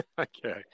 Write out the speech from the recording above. Okay